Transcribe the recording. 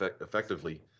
effectively